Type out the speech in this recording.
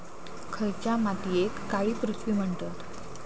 खयच्या मातीयेक काळी पृथ्वी म्हणतत?